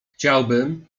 chciałbym